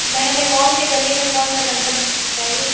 madam ये कौनसी गली में कौनसा नंबर बताइए